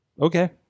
Okay